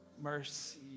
mercy